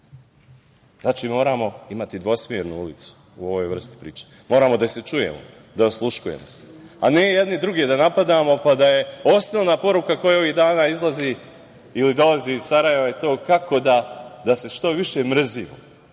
moramo imati dvosmernu ulicu u ovoj vrsti priče. Moramo da se čujemo, da osluškujemo, a ne jedni druge da napadamo, pa da je osnovna poruka koja ovih dana dolazi iz Sarajeva to kako da se što više mrzimo.